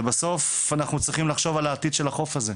ובסוף, אנחנו צריכים לחשוב על העתיד של החוף הזה.